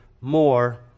more